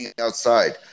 outside